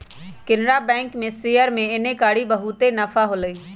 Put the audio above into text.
केनरा बैंक के शेयर में एन्नेकारी बहुते नफा होलई